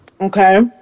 okay